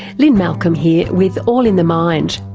lynne malcolm here with all in the mind.